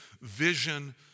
vision